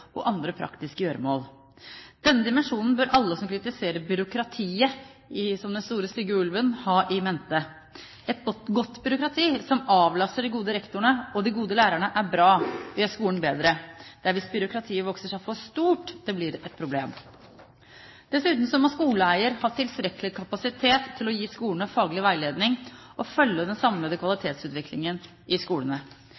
og ha andre praktiske gjøremål. Denne dimensjonen bør alle som kritiserer byråkratiet for å være den store, stygge ulven, ha in mente. Et godt byråkrati som avlaster de gode rektorene og de gode lærerne, er bra, det gjør skolen bedre. Det er hvis byråkratiet vokser seg for stort, det blir et problem. Dessuten må skoleeier ha tilstrekkelig kapasitet til å gi skolene faglig veiledning og følge den samlede